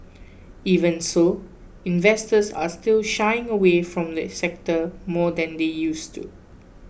even so investors are still shying away from the sector more than they used to